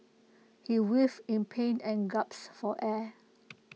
he writhed in pain and gasped for air